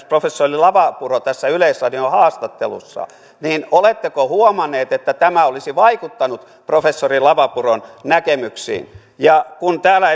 professori lavapuro tässä yleisradion haastattelussa oletteko huomannut että tämä olisi vaikuttanut professori lavapuron näkemyksiin kun täällä